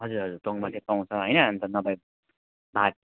हजुर हजुर तोङ्बा चाहिँ पाउँछ होइन अनि त नभए भात